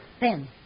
Ben